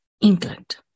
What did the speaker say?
England